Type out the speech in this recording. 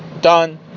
done